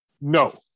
No